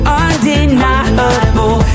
undeniable